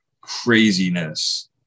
craziness